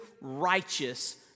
righteous